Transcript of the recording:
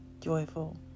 joyful